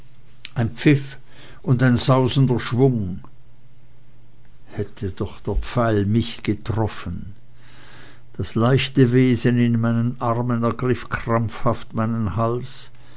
ein pfiff und sausender schwung hätte doch der pfeil mich getroffen das leichte wesen in meinen armen ergriff krampfhaft meinen hals